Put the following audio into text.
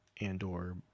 Andor